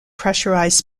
pressurized